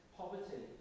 poverty